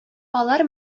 алар